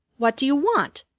what do you want?